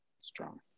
strong